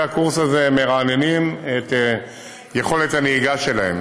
הקורס הזה הם מרעננים את יכולת הנהיגה שלהם.